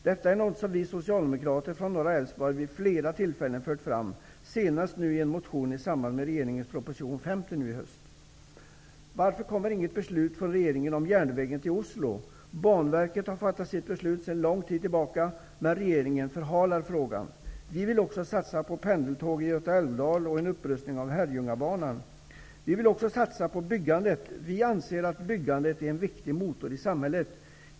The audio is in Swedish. Detta är något som vi socialdemokrater från norra Älvsborg vid ett flertal tillfällen har fört fram -- senast nu i höst i en motion i samband med regeringens proposition 50. Varför kommer inget beslut från regeringen om järnvägen till Oslo? Banverket har fattat sitt beslut för en lång tid sedan, men regeringen förhalar frågan. Vi vill också satsa på pendeltåg i Göta älvdal samt en upprustning av Herrljungabanan. Vi vill också satsa på byggandet. Vi anser att byggandet är en viktig motor i samhället.